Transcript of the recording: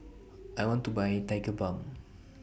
I want to Buy Tigerbalm